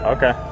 Okay